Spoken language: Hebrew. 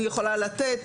אני יכולה לתת.